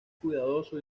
cuidadoso